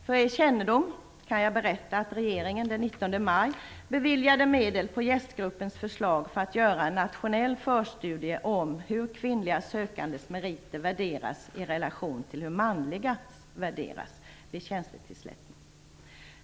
För er kännedom kan jag berätta att regeringen den 19 maj beviljade medel på JÄST gruppens förslag för att göra en nationell förstudie om hur kvinnliga sökandes meriter värderas i relation till hur manliga sökandes meriter värderas vid tjänstetillsättning.